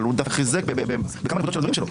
אבל הוא חיזק בכמה נקודות של הדברים שלו.